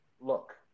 look